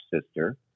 sister